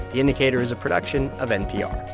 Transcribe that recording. the indicator is a production of npr